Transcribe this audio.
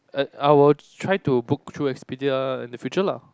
I I will try to book through Expedia in the future lah